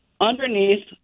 underneath